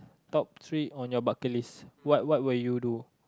top three on your bucket list what what will you do